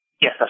Yes